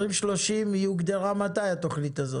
מתי הוגדרה 2030?